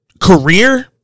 career